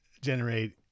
generate